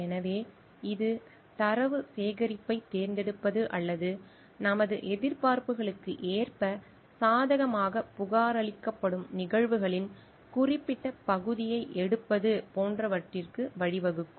எனவே இது தரவு சேகரிப்பைத் தேர்ந்தெடுப்பது அல்லது நமது எதிர்பார்ப்புகளுக்கு ஏற்ப சாதகமாகப் புகாரளிக்கப்படும் நிகழ்வுகளின் குறிப்பிட்ட பகுதியை எடுப்பது போன்றவற்றுக்கு வழிவகுக்கும்